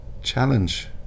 Challenge